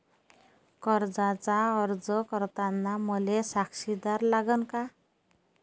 कर्जाचा अर्ज करताना मले साक्षीदार लागन का?